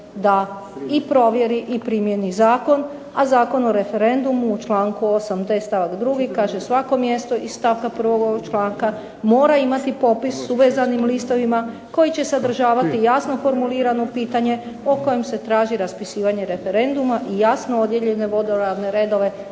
da provjeri i da primijeni Zakon, a Zakon o referendumu u članku 8.d stavak 2. kaže "svako mjesto iz stavka 1. ovog članka mora imati popis uvezanim listovima koji će sadržavati jasno formulirano pitanje o kojem se traži raspisivanje referenduma i jasno odijeljene vodoravne redove".